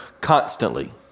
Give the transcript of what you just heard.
constantly